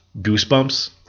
Goosebumps